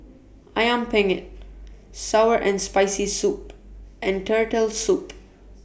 Ayam Penyet Sour and Spicy Soup and Turtle Soup